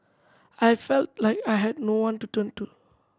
I felt like I had no one to turn to